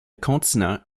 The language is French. continent